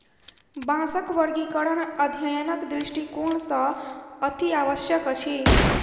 बाँसक वर्गीकरण अध्ययनक दृष्टिकोण सॅ अतिआवश्यक अछि